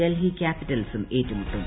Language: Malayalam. ഡൽഹി ക്യാപിറ്റൽസും ഏറ്റുമുട്ടും